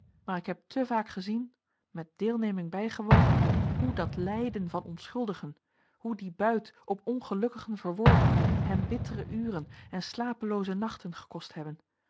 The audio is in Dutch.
maar ik heb te vaak gezien met deelneming bijgewoond hoe dat lijden van onschuldigen hoe die buit op ongelukkigen verworven hem bittere uren en slapelooze nachten gekost hebben